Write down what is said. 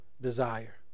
desire